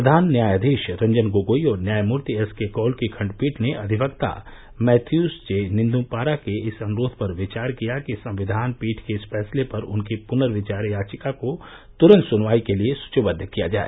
प्रधान न्यायाधीश रंजन गोगोई और न्यायमूर्ति एस के कौल की खण्डपीठ ने अधिवक्ता मैथ्यूस जे निद्म्पारा के इस अनुरोध पर विचार किया कि संविधान पीठ के इस फैसले पर उनकी पुनर्विचार याचिका को तुरन्त सुनवाई के लिए सूचीबद्द किया जाए